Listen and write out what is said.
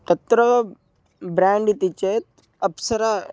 तत्र ब्राण्ड् इति चेत् अप्सरा